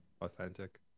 authentic